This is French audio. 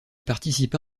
participa